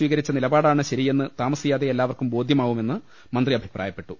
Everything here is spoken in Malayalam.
സ്വീക രിച്ച നിലപാടാണ് ശരിയെന്ന് താമസിയാതെ എല്ലാവർക്കും ബോധ്യമാവുമെന്ന് മന്ത്രി അഭിപ്രായപ്പെട്ടു